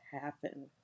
happen